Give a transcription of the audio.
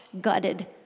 gutted